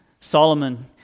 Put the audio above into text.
Solomon